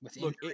look